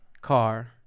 car